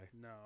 no